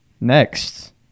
Next